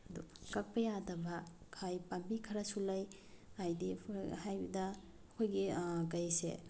ꯑꯗꯣ ꯀꯛꯄ ꯌꯥꯗꯕ ꯄꯥꯝꯕꯤ ꯈꯔꯁꯨ ꯂꯩ ꯍꯥꯏꯗꯤ ꯍꯥꯏꯕꯗ ꯑꯩꯈꯣꯏꯒꯤ ꯀꯩꯁꯦ